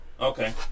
Okay